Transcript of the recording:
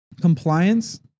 compliance